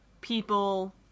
people